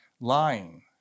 lying